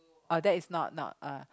oh that is not not uh